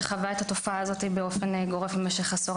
שחווה את התופעה הזו באופן גורף במשך עשור,